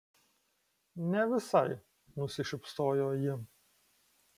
ne visai nusišypsojo ji